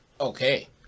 Okay